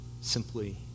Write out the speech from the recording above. simply